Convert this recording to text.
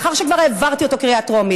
מאחר שכבר העברתי אותו קריאה טרומית,